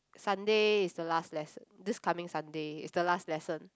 Sunday is the last lesson this coming Sunday is the last lesson